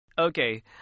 Okay